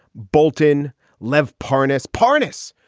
bolton leave parness, parness,